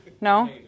No